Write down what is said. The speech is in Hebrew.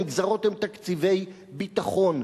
הנגזרות הן תקציבי ביטחון.